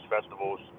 festivals